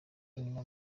inyuma